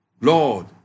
Lord